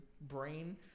brain